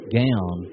gown